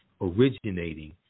originating